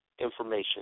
information